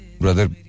brother